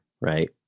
right